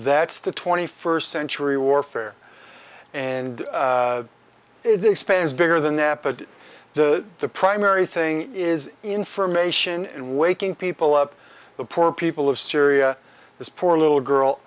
that's the twenty first century warfare and it expands bigger than that but the the primary thing is information and waking people up the poor people of syria this poor little girl